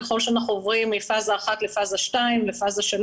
ככל שאנחנו עוברים מפאזה 1 לפאזה 2 ואחר כך לפאזה 3